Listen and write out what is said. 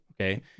Okay